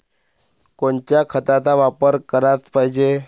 कोनच्या खताचा वापर कराच पायजे?